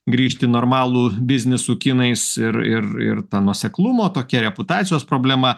grįžt normalų biznį su kinais ir ir ir ta nuoseklumo tokia reputacijos problema